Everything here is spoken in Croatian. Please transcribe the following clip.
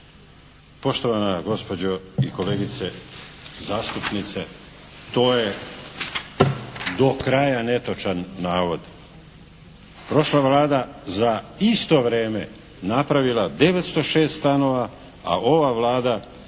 Poštovana gospođo i kolegice zastupnice, to je do kraja netočan navod. Prošla Vlada za isto vrijeme napravila 906 stanova a ova Vlada